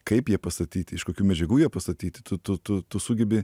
kaip jie pastatyti iš kokių medžiagų jie pastatyti tu tu tu tu sugebi